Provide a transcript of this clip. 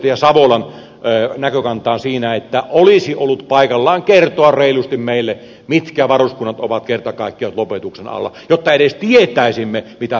ja yhdyn edustaja savolan näkökantaan siinä että olisi ollut paikallaan kertoa reilusti meille mitkä varuskunnat ovat kerta kaikkiaan nyt lopetuksen alla jotta edes tietäisimme mitä tapahtuu